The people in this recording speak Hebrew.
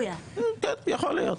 כן, יכול להיות.